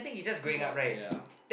go up ya